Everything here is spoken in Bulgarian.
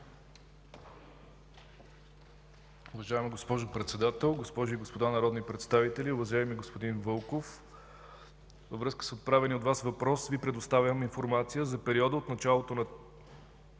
Ви предоставям информация за периода от началото на